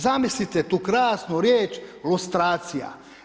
Zamislite tu krasnu riječ lustracija.